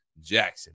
Jackson